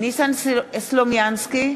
ניסן סלומינסקי,